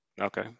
Okay